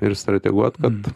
ir strateguot kad